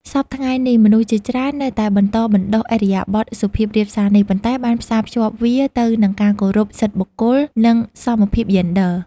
សព្វថ្ងៃនេះ មនុស្សជាច្រើននៅតែបន្តបណ្ដុះឥរិយាបថសុភាពរាបសារនេះ ប៉ុន្តែបានផ្សារភ្ជាប់វាទៅនឹងការគោរពសិទ្ធិបុគ្គល និងសមភាពយេនឌ័រ។